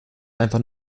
einfach